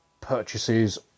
purchases